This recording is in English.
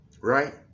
right